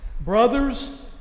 Brothers